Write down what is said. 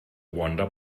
wonder